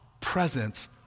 presence